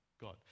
God